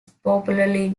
popularly